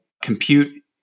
Compute